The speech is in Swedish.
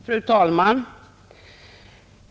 Fru talman!